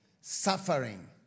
suffering